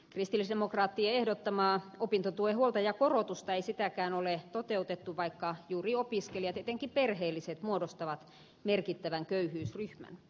kristillisdemokraattien ehdottamaa opintotuen huoltajakorotusta ei sitäkään ole toteutettu vaikka juuri opiskelijat etenkin perheelliset muodostavat merkittävän köyhyysryhmän